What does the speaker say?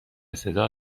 صدا